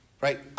Right